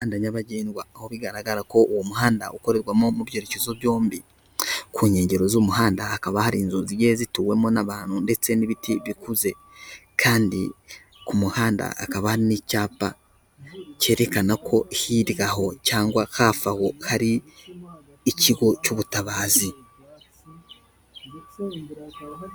Umuhanda nyabagendwa; aho bigaragara ko uwo muhanda ukorerwamo mu byerekezo byombi. Ku nkengero z'umuhanda hakaba hari inzu zigiye zituwemo n'abantu ndetse n'ibiti bikuze; kandi ku muhanda hakaba hari n'icyapa cyerekana ko hirya aho cyangwa hafi aho hari ikigo cy'ubutabazi.